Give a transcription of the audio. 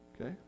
Okay